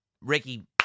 Ricky